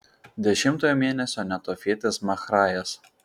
dešimtojo mėnesio netofietis mahrajas